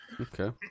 Okay